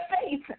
faith